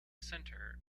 centre